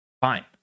fine